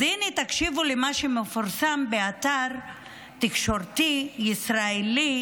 אז הינה, תקשיבו למה שמפורסם באתר תקשורת ישראלי.